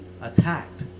attacked